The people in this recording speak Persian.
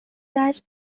زجر